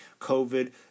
COVID